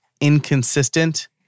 inconsistent